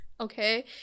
okay